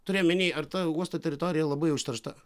turiu omeny ar ta uosto teritorija labai užteršta